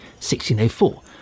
1604